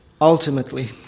Ultimately